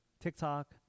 TikTok